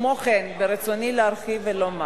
כמו כן, ברצוני להרחיב ולומר: